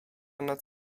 nad